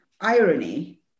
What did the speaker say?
irony